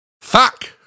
Fuck